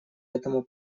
этому